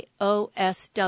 OSW